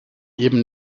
eben